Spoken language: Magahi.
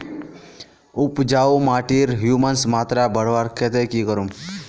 उपजाऊ माटिर ह्यूमस मात्रा बढ़वार केते की करूम?